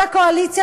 כל הקואליציה